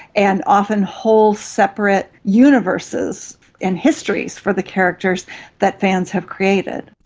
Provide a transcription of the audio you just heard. and often whole separate universes and histories for the characters that fans have created.